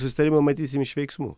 susitarimai matysim iš veiksmų